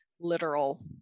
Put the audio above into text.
Literal